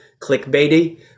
clickbaity